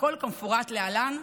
והכול כמפורט להלן.